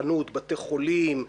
מוכנות בתי חולים.